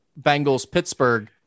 Bengals-Pittsburgh